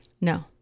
No